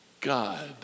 God